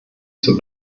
zur